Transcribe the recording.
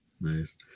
Nice